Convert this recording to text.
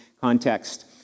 context